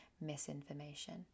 misinformation